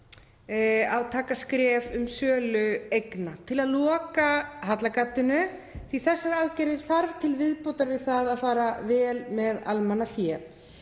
stíga skref um sölu eigna til að loka hallagatinu því þessar aðgerðir þarf til viðbótar við það að fara vel með almannafé.